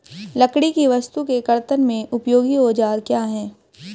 लकड़ी की वस्तु के कर्तन में उपयोगी औजार क्या हैं?